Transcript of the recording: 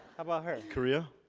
how about her? korea?